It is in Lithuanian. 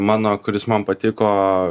mano kuris man patiko